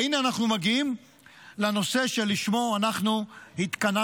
והינה אנחנו מגיעים לנושא שלשמו התכנסנו.